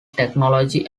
technology